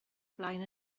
flaen